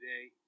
today